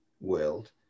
world